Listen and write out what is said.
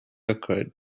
occurred